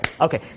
Okay